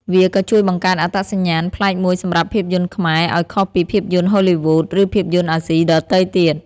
វាក៏ជួយបង្កើតអត្តសញ្ញាណប្លែកមួយសម្រាប់ភាពយន្តខ្មែរឲ្យខុសពីភាពយន្តហូលីវូដ ឬភាពយន្តអាស៊ីដទៃទៀត។